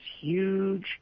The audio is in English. huge